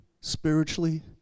spiritually